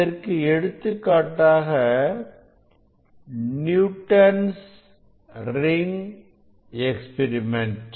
இதற்கு எடுத்துக்காட்டு Newton's ring experiment